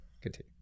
continue